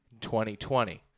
2020